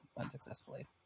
unsuccessfully